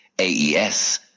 AES